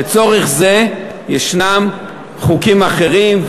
לצורך זה יש חוקים אחרים.